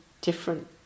different